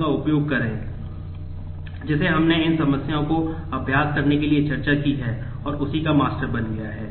का उपयोग करें जिसे हमने इन समस्याओं का अभ्यास करने के लिए चर्चा की है और उसी का मास्टर बन गया है